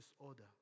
disorder